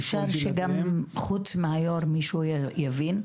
אפשר שגם חוץ מהיו"ר מישהו יבין,